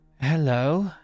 hello